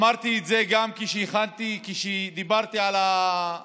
אמרתי את זה גם כשדיברתי על החוק